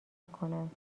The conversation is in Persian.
میکنند